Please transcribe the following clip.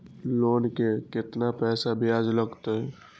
Loan के केतना पैसा ब्याज लागते?